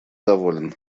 доволен